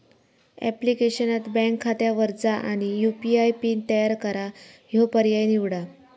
ऍप्लिकेशनात बँक खात्यावर जा आणि यू.पी.आय पिन तयार करा ह्यो पर्याय निवडा